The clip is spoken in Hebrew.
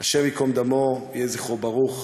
השם ייקום דמו, יהי זכרו ברוך.